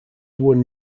won